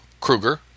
Kruger